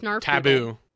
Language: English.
taboo